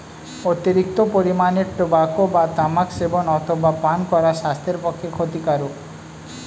অতিরিক্ত পরিমাণে টোবাকো বা তামাক সেবন অথবা পান করা স্বাস্থ্যের পক্ষে ক্ষতিকারক